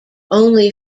only